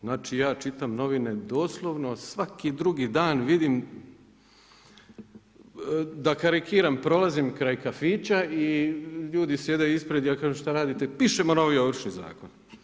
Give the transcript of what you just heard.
Znači ja čitam novine, doslovno svaki drugi dan vidim da karikiram prolazim kraj kafića i ljudi sjede ispred, ja kažem šta radite, pišemo novi Ovršni zakon.